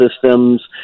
systems